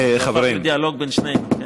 זה הפך לדיאלוג בין שנינו.